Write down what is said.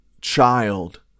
child